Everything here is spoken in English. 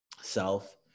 self